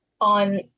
on